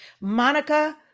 Monica